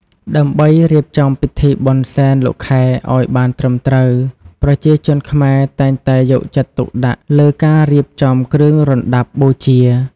ដើម្បីរៀបចំពិធីបុណ្យសែនលោកខែឲ្យបានត្រឹមត្រូវ ប្រជាជនខ្មែរតែងតែយកចិត្តទុកដាក់លើការរៀបចំគ្រឿងរណ្តាប់បូជា។